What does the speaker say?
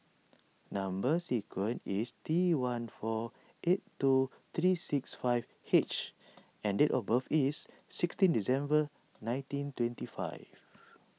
Number Sequence is T one four eight two three six five H and date of birth is sixteen December nineteen twenty five